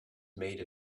made